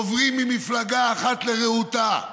עוברים ממפלגה אחת לרעותה,